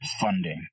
funding